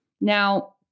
Now